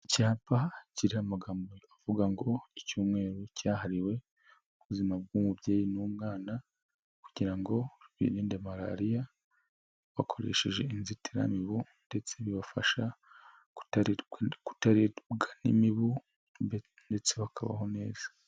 Icyapa kiri amagambo avuga ngo icyumweru cyahariwe ubuzima bw'umubyeyi n'umwana kugira ngo birinde malariya bakoresheje inzitiramibu ndetse bibafasha kutaribwa n'imibu ndetse bakabaho neza.